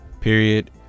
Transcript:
period